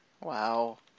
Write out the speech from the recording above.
Wow